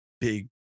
big